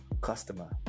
customer